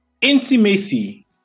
Intimacy